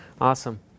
Awesome